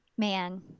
man